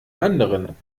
anderen